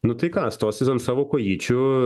nu taiką stosies ant savo kojyčių